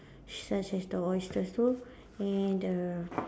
such as the oysters too and the